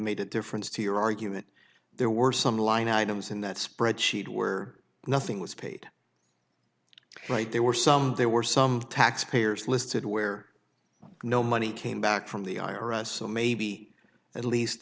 made a difference to your argument there were some line items in that spreadsheet were nothing was paid right there were some there were some tax payers listed where no money came back from the i r s so maybe at least